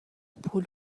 پول